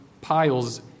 piles